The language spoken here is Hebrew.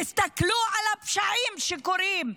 תסתכלו על הפשעים שקורים.